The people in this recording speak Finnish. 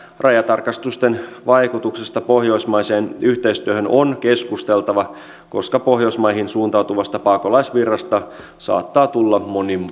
rajatarkastusten vaikutuksista pohjoismaiseen yhteistyöhön on keskusteltava koska pohjoismaihin suuntautuvasta pakolaisvirrasta saattaa tulla